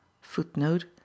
Footnote